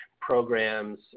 programs